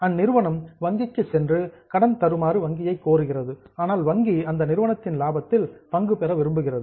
அந்நிறுவனம் வங்கிக்குச் சென்று கடன் தருமாறு வங்கியை கோருகிறது ஆனால் வங்கி அந்த நிறுவனத்தின் லாபத்தில் பங்கு பெற விரும்புகிறது